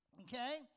Okay